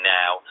now